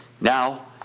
now